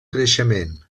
creixement